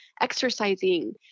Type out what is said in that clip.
exercising